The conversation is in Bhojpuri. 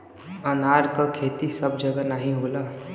अनार क खेती सब जगह नाहीं होला